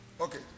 okay